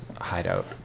hideout